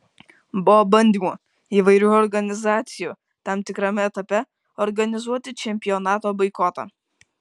buvo bandymų įvairių organizacijų tam tikrame etape organizuoti čempionato boikotą